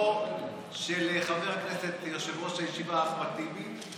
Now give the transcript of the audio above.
לפתחו של יושב-ראש הישיבה, חבר הכנסת אחמד טיבי.